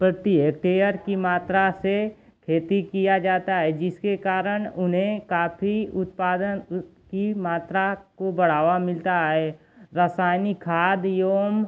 प्रति हेक्टेयर की मात्रा से खेती की जाती है जिसके कारण उन्हें काफ़ी उत्पादन की मात्रा को बढ़ावा मिलता है रासायनिक खाद एवं